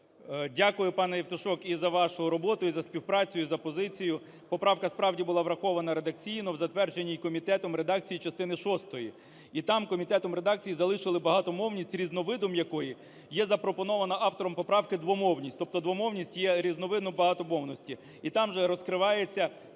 Дякую пане, Євтушок, і за вашу роботу, і за співпрацю, і за позицію. Поправка, справді, була врахована редакційно в затвердженій комітетом редакції частини шостої. І там комітетом в редакції залишили багатомовність, різновидом якої є, запропонована автором поправки, двомовність. Тобто двомовність є різновидом багатомовності,